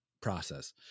process